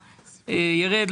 ירד.